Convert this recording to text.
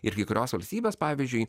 ir kai kurios valstybės pavyzdžiui